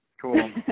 cool